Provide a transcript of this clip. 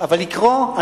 אבל לקרוא,